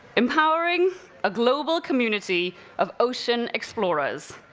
empowering a global community of ocean explorers.